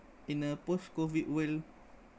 in a post-COVID world